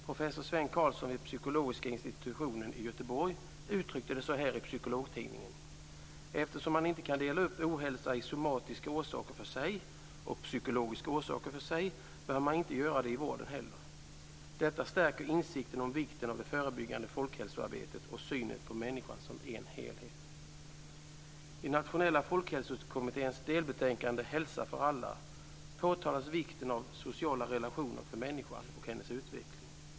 Professor Sven Carlsson vid Psykologiska institutionen i Göteborg uttryckte det så här i Psykologtidningen: "Eftersom man inte kan dela upp ohälsa i somatiska orsaker för sig och psykologiska orsaker för sig, bör man inte göra det i vården heller." Detta stärker insikten om vikten av det förebyggande folkhälsoarbetet och synen på människan som en helhet. Hälsa för alla påtalas vikten av sociala relationer för människan.